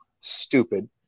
stupid